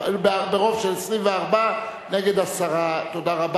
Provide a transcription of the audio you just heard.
24 בעד, עשרה נגד, אין נמנעים.